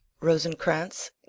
rosencrantz